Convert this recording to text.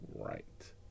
right